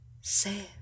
Say